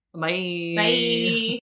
Bye